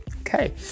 Okay